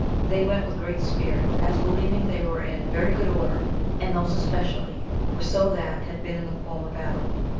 they went with great spirit, as believing they were in very good order and those especially were so that had been in the former battle,